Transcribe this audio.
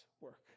work